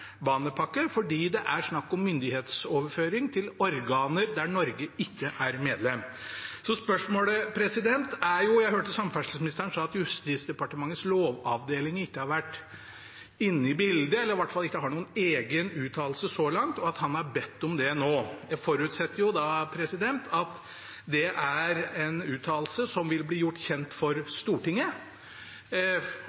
fordi det er snakk om myndighetsoverføring til et organ der Norge ikke er medlem. Jeg hørte samferdselsministeren si at Justisdepartementets lovavdeling ikke har vært inne i bildet, eller at de i hvert ikke har noen egen uttalelse så langt, og at han har bedt om det nå. Jeg forutsetter at det er en uttalelse som vil bli gjort kjent for